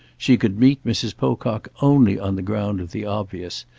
she could meet mrs. pocock only on the ground of the obvious,